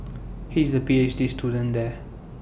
he is A P H D student there